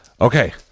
Okay